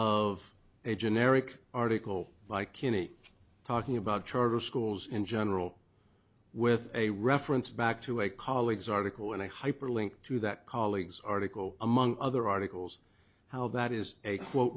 of a generic article by kinney talking about charter schools in general with a reference back to a colleague's article and a hyperlink to that colleague's article among other articles how that is a quote